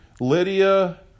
Lydia